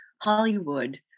Hollywood